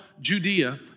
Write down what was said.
Judea